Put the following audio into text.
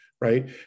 right